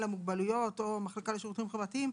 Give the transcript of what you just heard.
המוגבלויות או המחלקה לשירותים חברתיים.